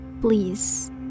Please